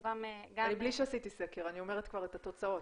מבלי שעשיתי סקר, אני אומרת כבר את התוצאות.